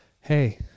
Hey